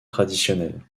traditionnelle